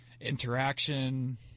interaction